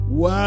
Wow